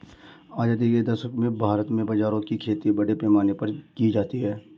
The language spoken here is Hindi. आजादी के दशक में भारत में बाजरे की खेती बड़े पैमाने पर की जाती थी